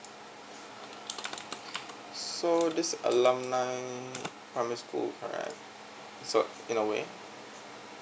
so this alumni primary school alright so in a way